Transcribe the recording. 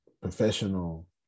professional